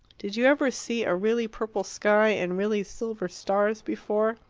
did you ever see a really purple sky and really silver stars before?